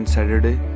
Saturday